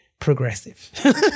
progressive